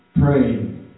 Pray